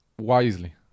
wisely